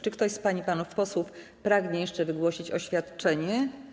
Czy ktoś z pań i panów posłów pragnie jeszcze wygłosić oświadczenie?